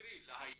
מקרי להיום,